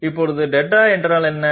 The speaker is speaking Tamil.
இப்போது δ என்றால் என்ன